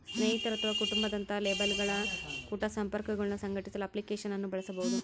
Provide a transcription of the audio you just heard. ಸ್ನೇಹಿತರು ಅಥವಾ ಕುಟುಂಬ ದಂತಹ ಲೇಬಲ್ಗಳ ಕುಟ ಸಂಪರ್ಕಗುಳ್ನ ಸಂಘಟಿಸಲು ಅಪ್ಲಿಕೇಶನ್ ಅನ್ನು ಬಳಸಬಹುದು